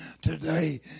today